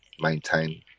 maintain